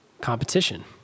competition